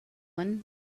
one